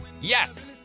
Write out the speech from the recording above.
Yes